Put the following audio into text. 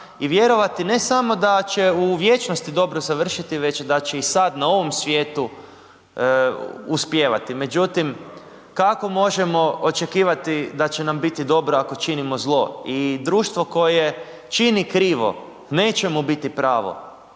i vjerovati ne samo da će u vječnosti dobro završiti već da će i sad na ovom svijetu uspijevati. Međutim, kako možemo očekivati da će nam biti dobro ako činimo zlo. I društvo koje čini krivo neće mu biti pravo.